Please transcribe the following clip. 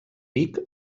vic